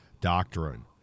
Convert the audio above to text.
doctrine